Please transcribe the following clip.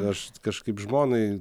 aš kažkaip žmonai